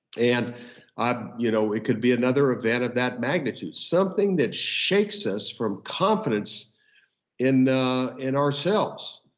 and um you know it could be another event of that magnitude, something that shakes us from confidence in in ourselves.